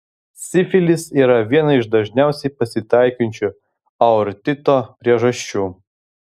sifilis yra viena iš dažniausiai pasitaikančių aortito priežasčių